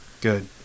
Good